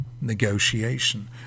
negotiation